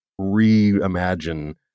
reimagine